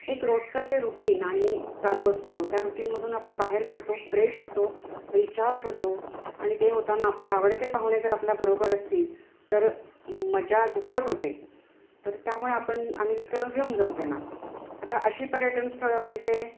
एक रोजचं जे रुटीन आणि चालू असतं त्या रुटीनमधून आपण बाहेर पडतो फ्रेश होतो रिचार्ज होतो आणि ते होताना आपले आवडते पाहुणे जर आपल्या बरोबर असतील तर मजा दुप्पट होते तर त्यामुळे आपण आम्ही तिथं घेऊन जाऊ त्यांना आता अशी पर्यटन स्थळं म्हणजे